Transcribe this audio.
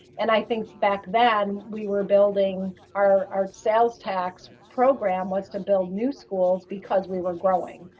and i think back then we were building, our sales tax program was to build new schools because we were growing.